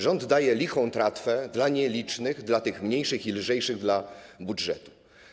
Rząd daje lichą tratwę dla nielicznych, dla tych mniejszych i lżejszych dla budżetu.